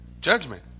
Judgment